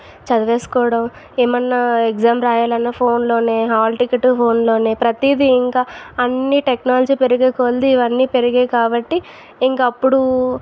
చదివేసుకోవడం ఏమైన ఎగ్జామ్ రాయాలి అన్న ఫోన్లోనే హాల్ టికెట్టు ఫోన్లోనే ప్రతిదీ ఇంకా అన్నిటెక్నాలజీ పెరిగే కొలది ఇవన్నీపెరిగాయి కాబట్టి ఇంకా అప్పుడూ